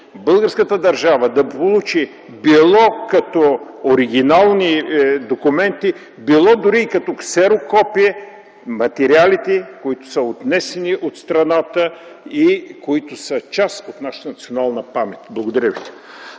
българската държава да получи било като оригинални документи, било дори и като ксерокопие материалите, които са отнесени от страната и които са част от нашата национална памет? Благодаря ви.